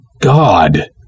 God